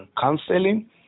counseling